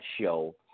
show